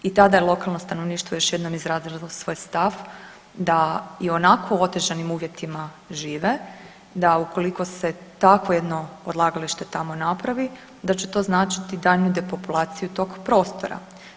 I tada je lokalno stanovništvo još jednom izrazilo svoj stav da i u onako otežanim uvjetima žive, da ukoliko se takvo jedno odlagalište tamo napravi da će to značiti daljnju depopulaciju tog prostora.